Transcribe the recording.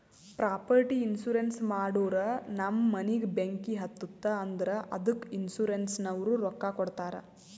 property insurance ಮಾಡೂರ್ ನಮ್ ಮನಿಗ ಬೆಂಕಿ ಹತ್ತುತ್ತ್ ಅಂದುರ್ ಅದ್ದುಕ ಇನ್ಸೂರೆನ್ಸನವ್ರು ರೊಕ್ಕಾ ಕೊಡ್ತಾರ್